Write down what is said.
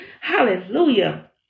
hallelujah